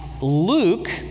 Luke